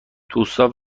دوستان